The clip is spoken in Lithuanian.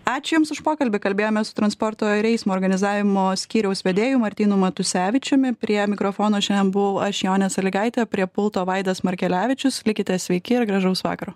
ačiū jums už pokalbį kalbėjomės su transporto ir eismo organizavimo skyriaus vedėju martynu matusevičiumi prie mikrofono šiandien buvau aš jonė salygaitė o prie pulto vaidas markelevičius likite sveiki ir gražaus vakaro